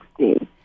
2016